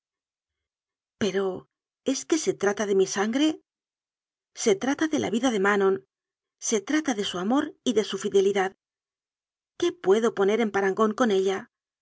pero es que se trata de mi sangre se trata de la vida de manon se trata de su amor y de su fidelidad qué puedo poner en parangón con ella